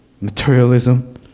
materialism